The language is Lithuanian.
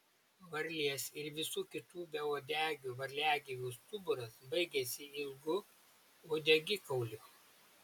varlės ir visų kitų beuodegių varliagyvių stuburas baigiasi ilgu uodegikauliu